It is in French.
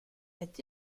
est